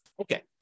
okay